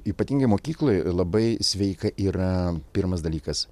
ypatingai mokykloj labai sveika yra pirmas dalykas